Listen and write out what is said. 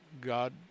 God